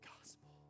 gospel